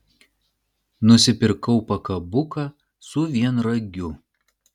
nusipirkau pakabuką su vienragiu